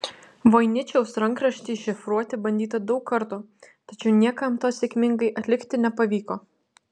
voiničiaus rankraštį iššifruoti bandyta daug kartų tačiau niekam to sėkmingai atlikti nepavyko